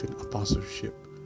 Apostleship